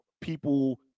people